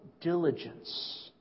diligence